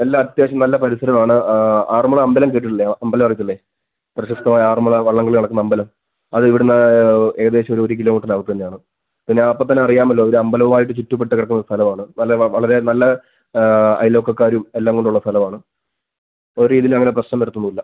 എല്ലാം അത്യാവശ്യം നല്ല പരിസരമാണ് ആ ആറന്മുള അമ്പലം കേട്ടിട്ടില്ലേ ആ അമ്പലം അറിയത്തില്ലേ പ്രശസ്തമായ ആറന്മുള വള്ളം കളി നടക്കുന്ന അമ്പലം അതിവിടുന്ന് ഏകദേശം ഒരു കിലോമീറ്ററിനകത്ത് തന്നെയാണ് പിന്നെ അപ്പം തന്നെ അറിയാമല്ലോ ഒര് അമ്പലവായിട്ട് ചുറ്റപ്പെട്ട് കിടക്കുന്ന സ്ഥലവാണ് പല ആ വളരെ നല്ല അയൽവക്കകാരും എല്ലാം കൊണ്ടുള്ള സ്ഥലവാണ് ഒരിതിലങ്ങനെ പ്രശ്നം വരത്തൊന്നുമില്ല